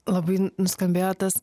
labai nuskambėjo tas